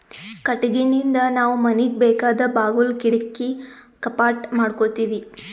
ಕಟ್ಟಿಗಿನಿಂದ್ ನಾವ್ ಮನಿಗ್ ಬೇಕಾದ್ ಬಾಗುಲ್ ಕಿಡಕಿ ಕಪಾಟ್ ಮಾಡಕೋತೀವಿ